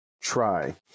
try